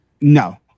no